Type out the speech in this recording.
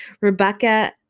Rebecca